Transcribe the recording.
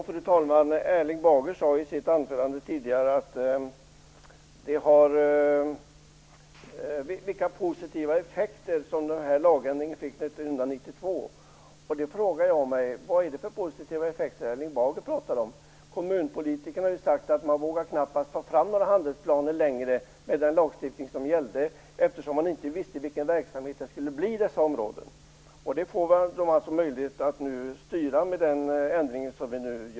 Fru talman! Erling Bager nämnde i sitt anförande tidigare vilka positiva effekter den här lagändringen fick 1992. Då frågar jag mig vilka positiva effekter Erling Bager pratar om. Kommunpolitikerna har ju sagt att de knappast vågade ta fram några handelsplaner längre eftersom de inte visste vilken verksamhet det skulle bli i dessa områden. Med den ändring som vi nu gör får de alltså möjlighet att styra över detta.